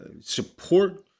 support